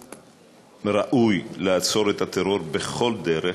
וראוי לעצור את הטרור בכל דרך.